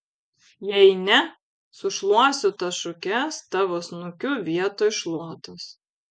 jei ne sušluosiu tas šukes tavo snukiu vietoj šluotos